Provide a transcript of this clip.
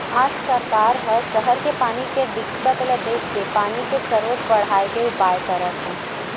आज सरकार ह सहर के पानी के दिक्कत ल देखके पानी के सरोत बड़हाए के उपाय करत हे